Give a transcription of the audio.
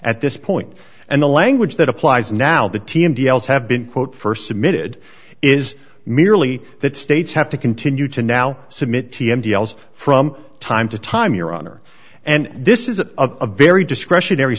at this point and the language that applies now the team details have been quote st submitted is merely that states have to continue to now submit t m details from time to time your honor and this is a very discretionary